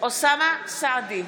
אוסאמה סעדי,